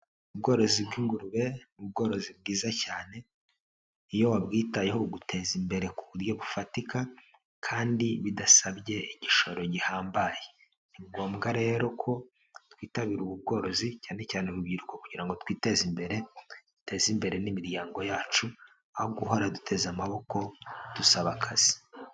Ubworozi bw'ingurube ni ubworozi bwiza cyane, iyo wabyitayeho buguteza imbere ku buryo bufatika kandi bidasabye igishoro gihambaye. Ni ngombwa rero ko twitabira ubu bworozi cyane cyane urubyiruko kugira ngo twiteze imbere, duteze imbere n'imiryango yacu, aho guhora duteze amaboko dusaba akazi.